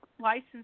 license